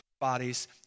bodies